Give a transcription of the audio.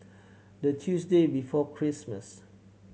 the Tuesday before Christmas